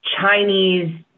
chinese